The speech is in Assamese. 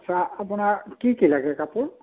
আচ্ছা আপোনাৰ কি কি লাগে কাপোৰ